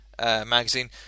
magazine